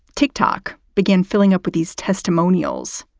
tick tock began filling up with these testimonials,